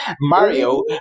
Mario